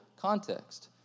context